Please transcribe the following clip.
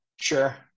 Sure